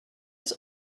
was